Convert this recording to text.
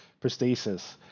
prosthesis